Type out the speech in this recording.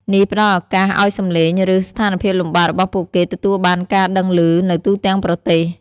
នេះផ្តល់ឱកាសឱ្យសំឡេង ឬ ស្ថានភាពលំបាករបស់ពួកគេទទួលបានការដឹងឮ នៅទូទាំងប្រទេស។